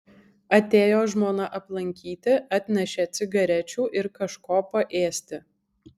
atėjo žmona aplankyti atnešė cigarečių ir kažko paėsti